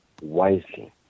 wisely